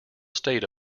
state